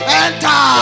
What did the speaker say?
enter